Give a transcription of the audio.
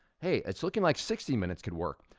hey, it's looking like sixty minutes could work.